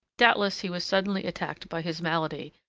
doubtless he was suddenly attacked by his malady,